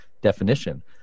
definition